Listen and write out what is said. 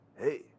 Hey